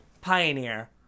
pioneer